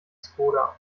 skoda